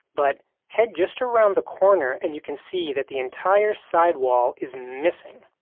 but head just around the corner, and you can see that the entire sidewall is missing.